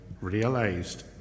realized